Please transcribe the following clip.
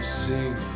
sing